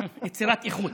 יצירת איכות.